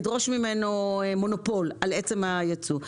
מונופול על עצם הייצוא.